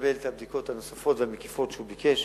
לקבל את הבדיקות הנוספות והמקיפות שהוא ביקש.